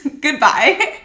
Goodbye